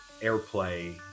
airplay